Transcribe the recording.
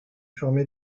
formé